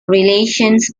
relations